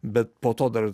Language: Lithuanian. bet po to dar